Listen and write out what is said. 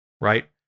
right